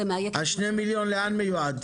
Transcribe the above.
שני המיליון האלו לאן מיועדים?